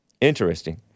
Interesting